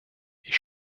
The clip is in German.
ich